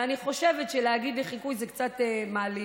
אני חושבת שלהגיד לי חיקוי זה קצת מעליב.